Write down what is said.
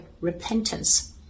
repentance